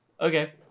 Okay